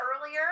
earlier